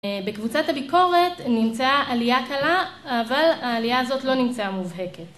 בקבוצת הביקורת נמצאה עלייה קלה, אבל העלייה הזאת לא נמצאה מובהקת.